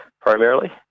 primarily